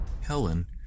Helen